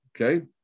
Okay